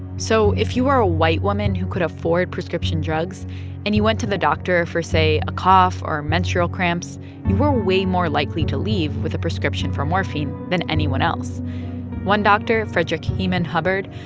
so if you were a white woman who could afford prescription drugs and you went to the doctor for, say, a cough or menstrual cramps, you were way more likely to leave with a prescription for morphine than anyone else one doctor, frederick heman hubbard,